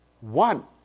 One